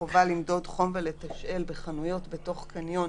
את החובה למדוד חום ולתשאל בחנויות בתוך קניון.